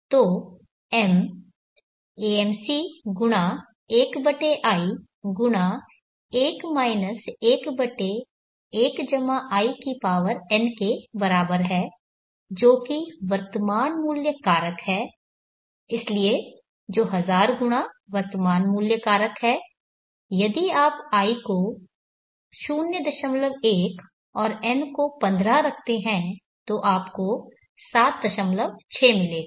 तो M AMC×1i1 11 in के बराबर है जो कि वर्तमान मूल्य कारक है इसलिए जो 1000 गुणा वर्तमान मूल्य कारक है यदि आप i को 01 और n को पंद्रह रखते हैं तो आपको 76 मिलेगा